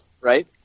Right